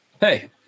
hey